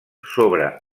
sobre